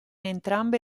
entrambe